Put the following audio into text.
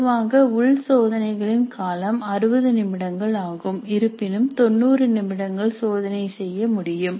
பொதுவாக உள் சோதனைகளின் காலம் 60 நிமிடங்கள் ஆகும் இருப்பினும் 90 நிமிடங்கள் சோதனை செய்ய முடியும்